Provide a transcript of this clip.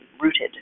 rooted